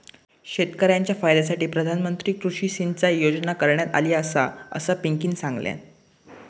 शेतकऱ्यांच्या फायद्यासाठी प्रधानमंत्री कृषी सिंचाई योजना करण्यात आली आसा, असा पिंकीनं सांगल्यान